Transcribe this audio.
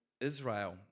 Israel